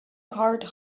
card